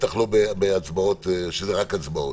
בטח לא כשזה רק הצבעות.